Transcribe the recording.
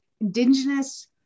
indigenous